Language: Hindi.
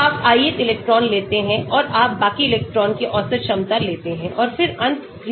तो आप ith इलेक्ट्रॉन लेते हैं और आप बाकी इलेक्ट्रॉनों की औसत क्षमता लेते हैं और फिर अंतःक्रिया को देखते हैं